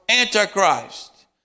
Antichrist